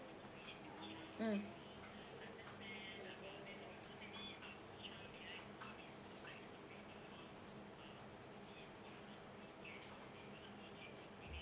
mm